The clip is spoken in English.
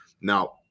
now